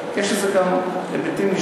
אני לא רוצה לתת את זה ב"שלוף" אין לי בעיה.